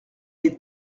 les